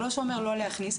לא שאומר לא להכניס,